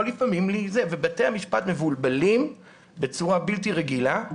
בתי המשפט מבולבלים בצורה בלתי רגילה.